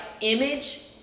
image